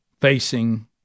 facing